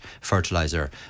fertilizer